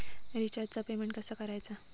रिचार्जचा पेमेंट कसा करायचा?